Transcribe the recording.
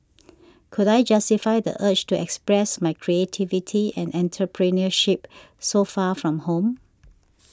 could I justify the urge to express my creativity and entrepreneurship so far from home